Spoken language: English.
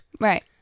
Right